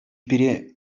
пире